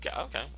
okay